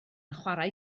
chwarae